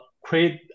create